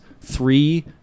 three